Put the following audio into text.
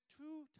two